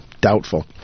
Doubtful